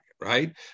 right